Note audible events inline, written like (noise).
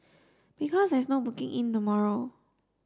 (noise) because there's no booking in tomorrow